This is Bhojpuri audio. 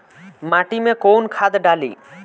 माटी में कोउन खाद डाली?